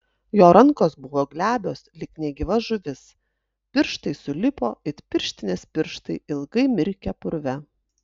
jo rankos buvo glebios lyg negyva žuvis pirštai sulipo it pirštinės pirštai ilgai mirkę purve